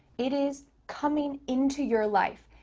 it is coming into your life,